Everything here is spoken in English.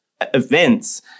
events